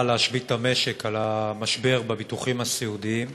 להשבית את המשק על המשבר בביטוחים הסיעודיים.